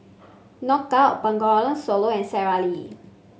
Knockout Bengawan Solo and Sara Lee